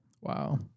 wow